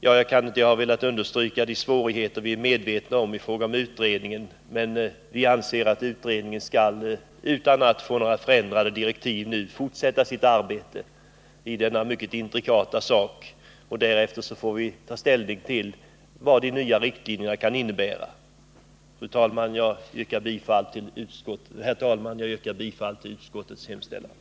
Jag har velat understryka de svårigheter som vi är medvetna om när det gäller utredningen. Men vi anser att utredningen utan att få ändrade direktiv nu skall fortsätta sitt arbete med denna mycket intrikata sak. Därefter får vi ta ställning till vad de nya riktlinjerna kan innebära. Herr talman! Jag yrkar bifall till utskottets hemställan.